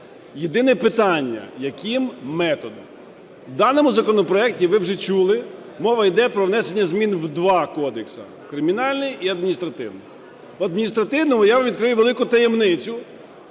єдине питання - яким методом? В даному законопроекті, ви вже чули, мова йде про внесення змін в два кодекси: Кримінальний і Адміністративний. В Адміністративному, я вам відкрию велику таємницю,